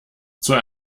zur